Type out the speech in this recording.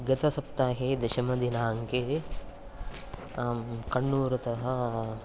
गतसप्ताहे दशमदिनाङ्के आं कण्णूरतः